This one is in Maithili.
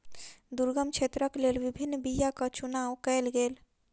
दुर्गम क्षेत्रक लेल विभिन्न बीयाक चुनाव कयल गेल